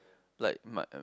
like my uh